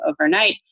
overnight